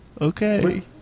Okay